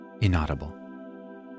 inaudible